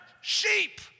sheep